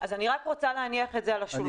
אז אני רק רוצה להניח את זה על השולחן.